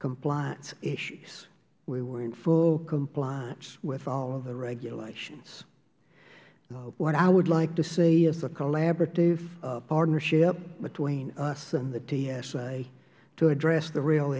compliance issues we were in full compliance with all of the regulations what i would like to see is a collaborative partnership between us and the tsa to address the real